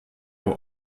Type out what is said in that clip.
were